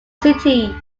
city